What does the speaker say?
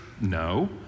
No